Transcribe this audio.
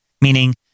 meaning